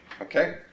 okay